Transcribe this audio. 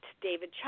David